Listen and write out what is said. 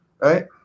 Right